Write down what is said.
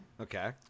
Okay